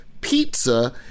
pizza